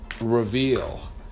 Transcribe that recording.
Reveal